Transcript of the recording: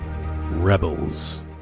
Rebels